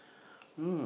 um